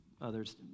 others